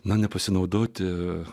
man nepasinaudoti